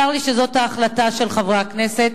צר לי שזאת ההחלטה של חברי הכנסת.